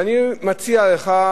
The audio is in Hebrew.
ואני מציע לך,